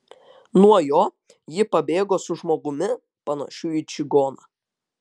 nuo jo ji pabėgo su žmogumi panašiu į čigoną